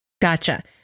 Gotcha